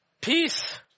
peace